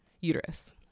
uterus